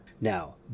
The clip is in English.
Now